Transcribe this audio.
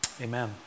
Amen